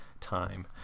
time